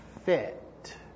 fit